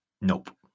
Nope